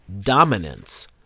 dominance